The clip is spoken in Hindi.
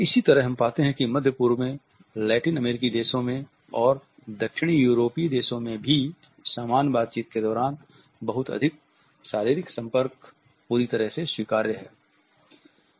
इसी तरह हम पाते हैं कि मध्य पूर्व में लैटिन अमेरिकी देशों में और दक्षिणी यूरोपीय देशों में भी सामान्य बातचीत के दौरान बहुत अधिक शारीरिक संपर्क पूरी तरह से स्वीकार्य है